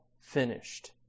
finished